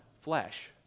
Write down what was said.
flesh